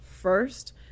First